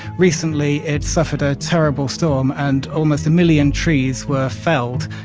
recently, it suffered a terrible storm and almost a million trees were felled.